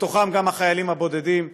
ובתוכם גם החיילים הבודדים,